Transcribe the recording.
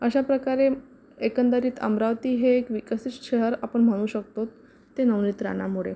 अशा प्रकारे एकंदरीत अमरावती हे एक विकसित शहर आपण म्हणू शकतो ते नवनीत राणामुळे